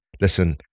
listen